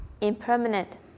impermanent